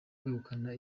kwegukana